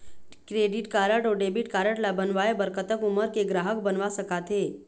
Credit card अऊ debit card ला बनवाए बर कतक उमर के ग्राहक बनवा सका थे?